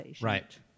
Right